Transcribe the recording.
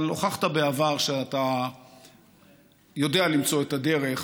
אבל הוכחת בעבר שאתה יודע למצוא את הדרך,